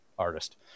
artist